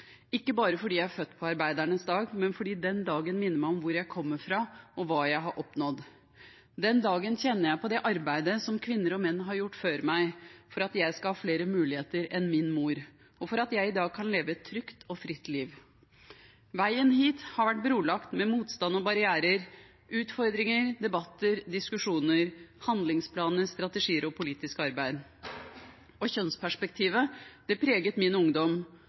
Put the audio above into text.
ikke bare fordi jeg er født på arbeidernes dag, men fordi den dagen minner meg om hvor jeg kommer ifra, og hva jeg har oppnådd. Den dagen kjenner jeg på det arbeidet som kvinner og menn har gjort før meg for at jeg skal ha flere muligheter enn min mor, og for at jeg i dag kan leve et trygt og fritt liv. Veien hit har vært brolagt med motstand og barrierer, utfordringer, debatter, diskusjoner, handlingsplaner, strategier og politisk arbeid. Kjønnsperspektivet preget min ungdom.